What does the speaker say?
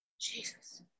Jesus